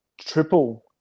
triple